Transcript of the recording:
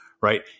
right